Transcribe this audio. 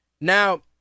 Now